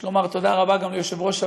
יש לומר תודה רבה גם ליושב-ראש הוועדה,